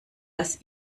das